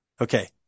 Okay